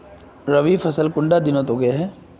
रवि फसल कुंडा दिनोत उगैहे?